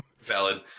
Valid